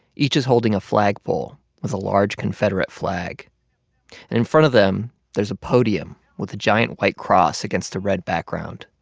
each is holding a flagpole with a large confederate flag. and in front of them, there's a podium with a giant, white cross against a red background.